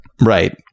Right